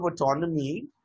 autonomy